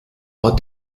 war